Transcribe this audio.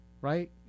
Right